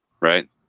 Right